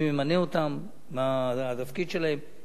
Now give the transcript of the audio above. מי ממנה אותם, מה התפקיד שלהם.